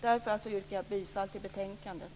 Därför yrkar jag bifall till hemställan i betänkandet.